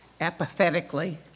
Apathetically